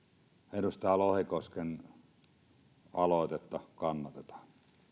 edustaja lohikosken aloitetta kannatetaan